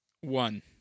One